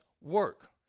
work